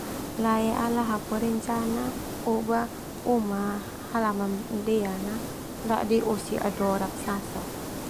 Lae ala hapu rencana ubah uma halaman dean na dadi osi ado raksasa.